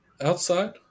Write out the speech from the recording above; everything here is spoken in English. outside